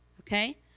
okay